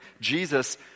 Jesus